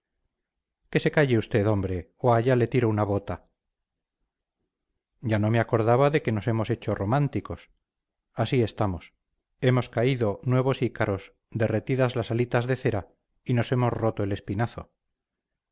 que se calle usted hombre o allá le tiro una bota ya no me acordaba de que nos hemos hecho románticos así estamos hemos caído nuevos ícaros derretidas las alitas de cera y nos hemos roto el espinazo